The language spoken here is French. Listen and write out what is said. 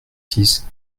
six